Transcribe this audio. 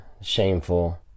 shameful